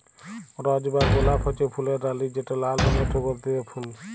রজ বা গোলাপ হছে ফুলের রালি যেট লাল রঙের সুগল্ধি ফল